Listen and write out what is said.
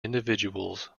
individuals